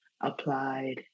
applied